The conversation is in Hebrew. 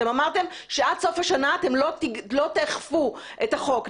אתם אמרתם עד סוף השנה אתם לא תאכפו את החוק,